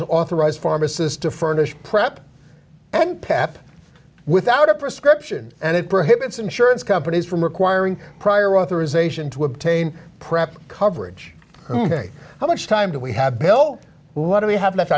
to authorize pharmacists to furnish prep and pap without a prescription and it prohibits insurance companies from requiring prior authorization to obtain prep coverage how much time do we have bill let me have